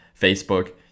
Facebook